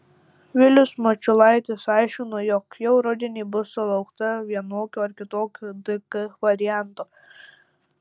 vilius mačiulaitis aiškino jog jau rudenį bus sulaukta vienokio ar kitokio dk varianto